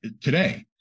today